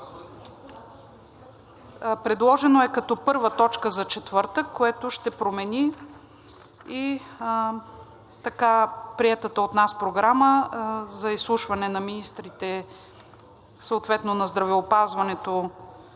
Предложено е като първа точка за четвъртък, което ще промени и така приетата от нас програма за изслушване на министрите съответно на здравеопазването,